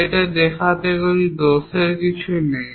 এটা দেখাতে দোষের কিছু নেই